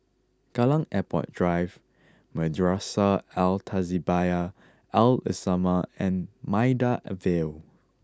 Kallang Airport Drive Madrasah Al Tahzibiah Al islamiah and Maida Vale